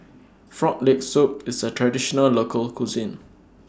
Frog Leg Soup IS A Traditional Local Cuisine